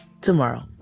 tomorrow